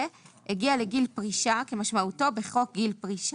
הגיע לגיל פרישה כמשמעותו בחוק גיל פרישה,